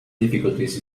difficulties